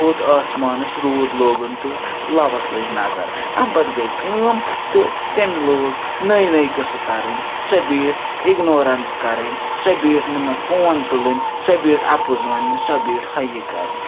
کھوٚت آسمانَس روٗد لوگُن تہٕ لَوَس لٔج نَظَر امہِ پَتہٕ گٔے کٲم تہٕ تٔمۍ لوگ نٔیے نٔیے قٕصہٕ کَرٕنۍ سۄ بیٖٹھ اِگنورَنس کَرٕنۍ سۄ بیٖٹھ نہٕ مےٚ فون تُلٕنۍ سۄ بیٖٹھ اَپُز وَننہِ سۄ بیٖٹھ ہاے ہے کَرنہٕ